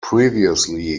previously